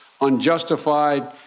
unjustified